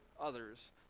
others